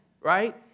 Right